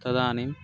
तदानीम्